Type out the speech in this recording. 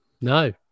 No